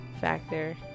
factor